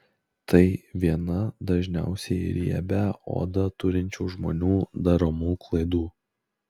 tai viena dažniausiai riebią odą turinčių žmonių daromų klaidų